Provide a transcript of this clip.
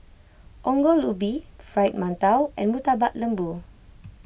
Ongol Ubi Fried Mantou and Murtabak Lembu